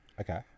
Okay